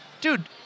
dude